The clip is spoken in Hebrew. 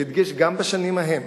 והדגיש גם את השנים ההן,